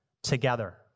together